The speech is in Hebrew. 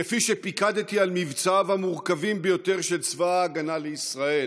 כפי שפיקדתי על מבצעיו המורכבים ביותר של צבא ההגנה לישראל,